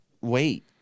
Wait